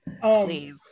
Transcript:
Please